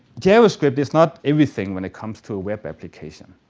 javascript is not everything when it comes to a web application.